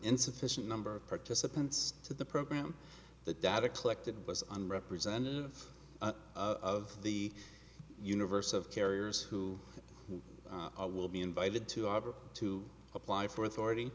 insufficient number of participants to the program the data collected was on representative of the universe of carriers who will be invited to have to apply for authority